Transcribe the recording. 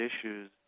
issues